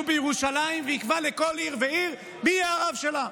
בירושלים ויקבע לכל עיר ועיר מי יהיה הרב שלה?